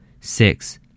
six